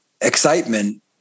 excitement